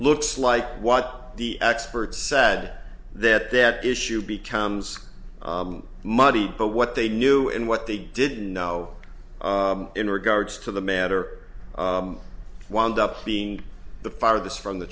looks like what the experts said that that issue becomes muddy but what they knew and what they didn't know in regards to the matter wand up being the farthest from the